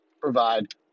provide